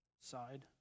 side